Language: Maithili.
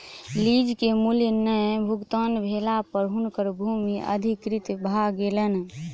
लीज के मूल्य नै भुगतान भेला पर हुनकर भूमि अधिकृत भ गेलैन